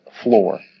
floor